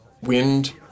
wind